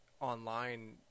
online